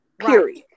Period